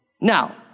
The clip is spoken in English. Now